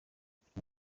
umukuru